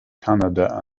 canada